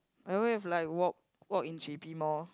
I won't have like walk walk in G_P more